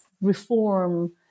reform